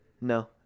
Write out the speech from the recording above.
No